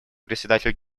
председателю